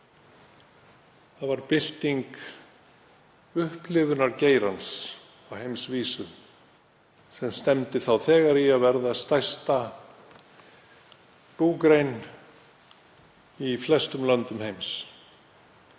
Það var bylting upplifunargeirans á heimsvísu sem stefndi þá þegar í að verða stærsta búgrein í flestum löndum heims.